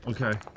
Okay